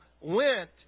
went